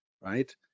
right